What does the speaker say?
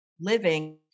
living